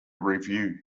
review